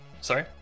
Sorry